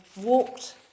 walked